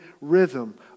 rhythm